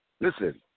listen